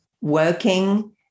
working